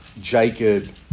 Jacob